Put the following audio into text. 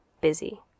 busy